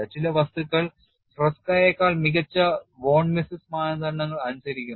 ചില വസ്തുക്കൾ ട്രെസ്കയേക്കാൾ മികച്ച വോൺ മിസസ് മാനദണ്ഡങ്ങൾ അനുസരിക്കുന്നു